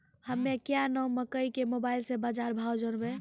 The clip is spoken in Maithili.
हमें क्या नाम मकई के मोबाइल से बाजार भाव जनवे?